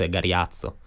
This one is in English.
Gariazzo